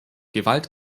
gewalt